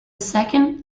second